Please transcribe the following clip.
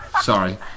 Sorry